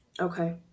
Okay